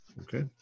Okay